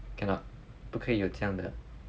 cannot 不可以有这样的